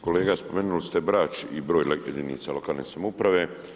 Kolega, spomenuli ste Brač i broj jedinica lokalne samouprave.